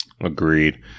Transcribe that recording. Agreed